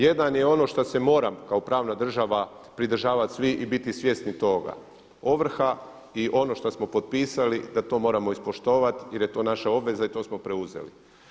Jedan je ono što se moram kao pravna država pridržavati svi i biti svjesni toga, ovrha i ono što smo potpisali da to moramo ispoštovati jer je to naša obveza i to smo preuzeli.